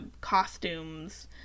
costumes